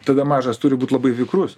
tada mažas turi būt labai vikrus